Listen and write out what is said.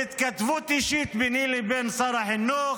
בהתכתבות אישית ביני לבין שר החינוך